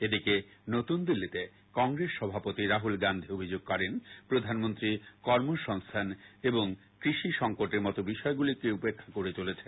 এদিকে নতুন দিল্লিতে কংগ্রেস সভাপতি রাহুল গান্ধী অভিযোগ করেন প্রধানমন্ত্রী কর্মসংস্থান এবং কৃষি সংকটের মতো বিষয়গুলিকে উপেক্ষা করে চলেছেন